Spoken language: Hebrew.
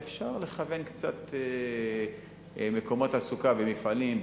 ואפשר לכוון קצת מקומות תעסוקה במפעלים,